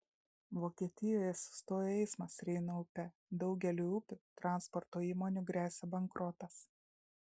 vokietijoje sustojo eismas reino upe daugeliui upių transporto įmonių gresia bankrotas